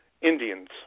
Indians